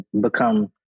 become